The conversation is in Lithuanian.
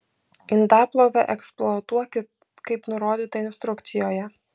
indaplovę eksploatuokit kaip nurodyta instrukcijoje